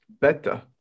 better